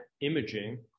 imaging